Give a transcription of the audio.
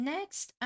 Next